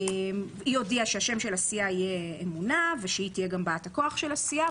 היא הודיעה שהשם של הסיעה יהיה אמונה ושהיא תהיה גם באת הכוח של הסיעה.